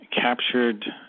captured